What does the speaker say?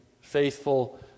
faithful